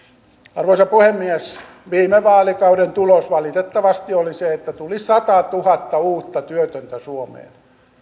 arvoisa puhemies viime vaalikauden tulos valitettavasti oli se että tuli satatuhatta uutta työtöntä suomeen